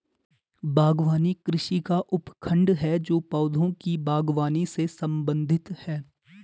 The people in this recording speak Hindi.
बागवानी कृषि का उपखंड है जो पौधों की बागवानी से संबंधित है